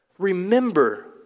Remember